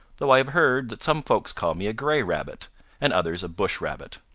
though i have heard that some folks call me a gray rabbit and others a bush rabbit.